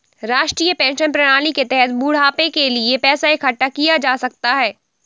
राष्ट्रीय पेंशन प्रणाली के तहत बुढ़ापे के लिए पैसा इकठ्ठा किया जा सकता है